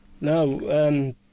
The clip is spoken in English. No